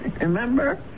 Remember